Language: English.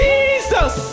Jesus